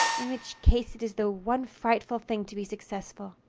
in which case it is the one frightful thing to be successful.